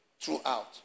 throughout